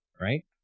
right